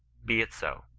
be it so.